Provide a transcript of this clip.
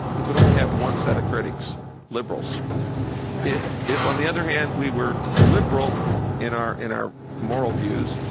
we would only have one set of critics liberals right if, on the other hand, we were liberal in our in our moral views,